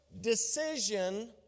decision